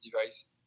device